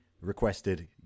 requested